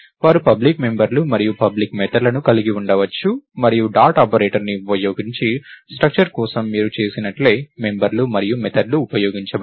వారు పబ్లిక్ మెంబర్లు మరియు పబ్లిక్ మెథడ్లను కలిగి ఉండవచ్చు మరియు డాట్ ఆపరేటర్ని ఉపయోగించి స్ట్రక్చర్ కోసం మీరు చేసినట్లే మెంబర్లు మరియు మెథడ్లు ఉపయోగించబడతాయి